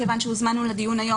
כיוון שהוזמנו לדיון היום,